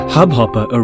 Hubhopper